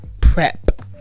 prep